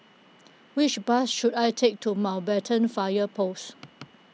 which bus should I take to Mountbatten Fire Post